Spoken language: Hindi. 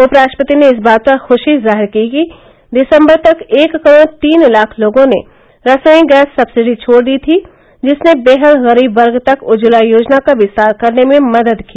उपराष्ट्रपति ने इस बात पर खुशी जाहिर की कि दिसंबर तक एक करोड़ तीन लाख लोगों ने रसोई गैस सक्सिडी छोड़ दी थी जिसने बेहद गरीब वर्ग तक उज्ज्वला योजना का विस्तार करने में मदद की